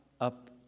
up